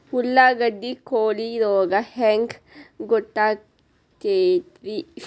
ಉಳ್ಳಾಗಡ್ಡಿ ಕೋಳಿ ರೋಗ ಹ್ಯಾಂಗ್ ಗೊತ್ತಕ್ಕೆತ್ರೇ?